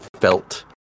felt